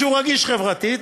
שהוא רגיש חברתית,